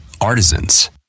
artisans